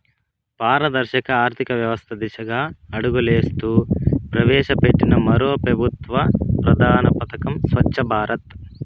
పారదర్శక ఆర్థికవ్యవస్త దిశగా అడుగులేస్తూ ప్రవేశపెట్టిన మరో పెబుత్వ ప్రధాన పదకం స్వచ్ఛ భారత్